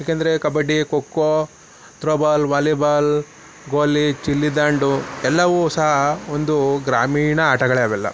ಯಾಕೆಂದರೆ kabaddi kho kho throw ball volleyball ಗೋಲಿ ಗಿಲ್ಲಿದಾಂಡು ಎಲ್ಲವೂ ಸಹ ಒಂದು ಗ್ರಾಮೀಣ ಆಟಗಳೇ ಅವೆಲ್ಲ